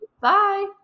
bye